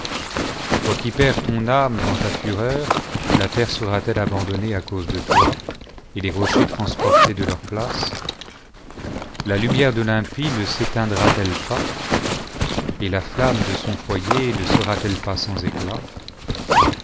toi qui perds ton âme dans ta fureur la terre sera-t-elle abandonnée à cause de toi et les rochers transportes de leur place la lumière de l'impie ne s'éteindrat-elle pas et la flamme de son foyer ne sera-t-elle pas sans éclat